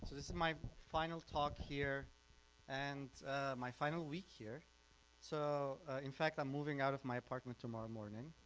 this is my final talk here and my final week here so in fact i'm moving out of my apartment tomorrow morning.